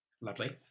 Lovely